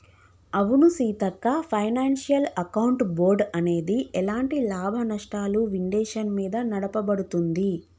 అవును Seethakka financial account board అనేది ఎలాంటి లాభనష్టాలు విండేషన్ మీద నడపబడుతుంది